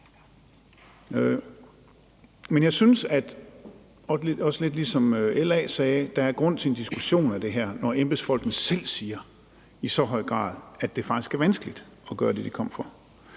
som LA sagde – at der er grund til en diskussion af det her, når embedsfolkene selv siger i så høj grad, at det faktisk er vanskeligt at gøre det, de kommer for.